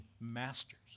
masters